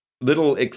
little